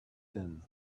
din